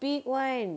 big one